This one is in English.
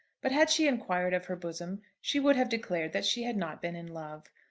but had she inquired of her bosom she would have declared that she had not been in love.